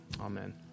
amen